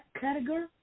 category